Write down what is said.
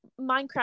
Minecraft